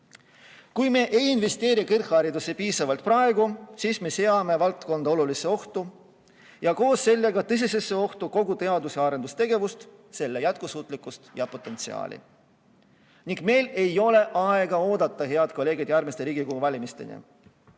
Kui me ei investeeri kõrgharidusse praegu piisavalt, siis me seame valdkonna olulisse ohtu ja koos sellega tõsisesse ohtu kogu teadus‑ ja arendustegevuse, selle jätkusuutlikkuse ja potentsiaali. Ning meil ei ole aega oodata, head kolleegid, järgmiste Riigikogu valimisteni.